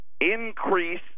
Increase